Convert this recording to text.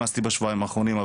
מה עשיתי בשבועיים האחרונים,